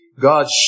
God's